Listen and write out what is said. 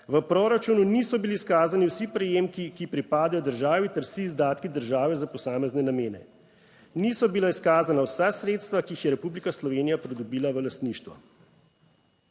V proračunu niso bili izkazani vsi prejemki, ki pripadajo državi ter vsi izdatki države za posamezne namene. Niso bila izkazana vsa sredstva, ki jih je Republika Slovenija pridobila v lastništvo.